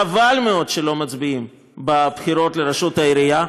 חבל מאוד שהם לא מצביעים בבחירות לרשות העירייה,